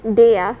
dey ah